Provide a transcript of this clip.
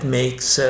makes